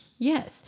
Yes